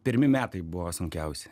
pirmi metai buvo sunkiausi